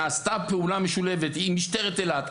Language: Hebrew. נעשתה פעולה משולבת עם משטרת אילת,